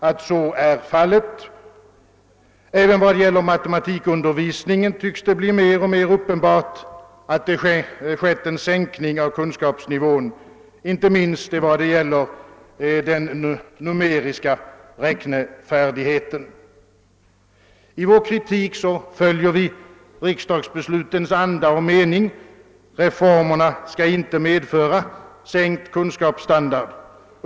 även vad det gäller matematikundervisningen tycks det bli mer och mer uppenbart att det skett en sänkning av kunskapsnivån, inte minst vad gäller den numeriska räknefärdigheten. I vår kritik följer vi riksdagsbeslutens anda och mening. Reformerna skall inte medföra sänkt kunskapsstandard.